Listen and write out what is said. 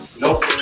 Nope